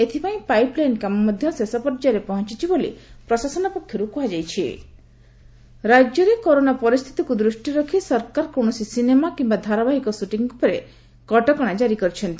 ଏଥପାଇଁ pipe line କାମ ମଧ୍ଧ ଶେଷ ପର୍ଯ୍ୟାୟରେ ପହଂଚିଛି ବୋଲି ପ୍ରଶାସନ ପକ୍ଷରୁ ସ୍ଚନା ଦିଆଯାଇଛି ସ୍ବଟିଂ ବନ୍ଦ ରାଜ୍ୟରେ କରୋନା ପରିସ୍ଚିତିକୁ ଦୃଷ୍ଟିରେ ରଖ୍ ସରକାର କୌଣସି ସିନେମା କିମ୍ୟା ଧାରାବାହିକ ସୁଟିଂ ଉପରେ କଟକଶା ଜାରି କରିଛନ୍ତି